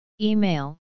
Email